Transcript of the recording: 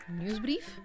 nieuwsbrief